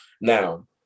now